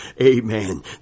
Amen